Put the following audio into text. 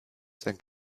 sein